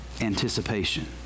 anticipation